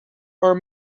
are